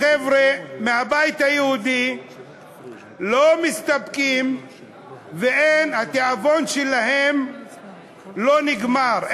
החבר'ה מהבית היהודי לא מסתפקים והתיאבון שלהם לא נגמר,